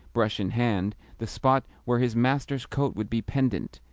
brush in hand, the spot where his master's coat would be pendent,